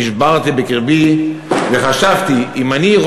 נשברתי בקרבי וחשבתי: אם אני,